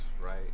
right